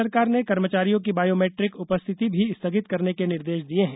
राज्य सरकार ने कर्मचारियों की बायोमैट्रिक उपस्थिति भी स्थिगित करने के निर्देश दिये है